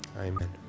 Amen